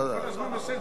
נהנה מזה.